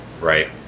Right